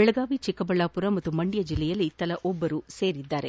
ದೆಳಗಾವಿ ಚಿಕ್ಕಬಳ್ಳಾಪುರ ಮತ್ತು ಮಂಡ್ಡ ಜಿಲ್ಲೆಯಲ್ಲಿ ತಲಾ ಒಬ್ಬರು ಸೇರಿದ್ದಾರೆ